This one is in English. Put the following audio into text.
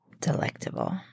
delectable